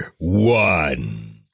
one